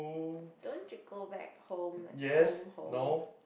don't you go back home like home home